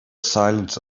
silence